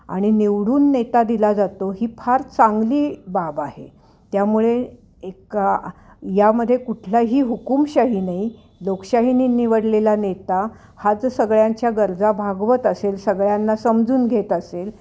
आणि निवडून नेता दिला जातो ही फार चांगली बाब आहे त्यामुळे एका यामध्ये कुठलाही हुकुमशाही नाही लोकशाहीने निवडलेला नेता हा जर सगळ्यांच्या गरजा भागवत असेल सगळ्यांना समजून घेत असेल